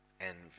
envy